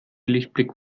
lichtblick